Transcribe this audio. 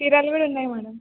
కీరాలు కూడా ఉన్నాయి మేడం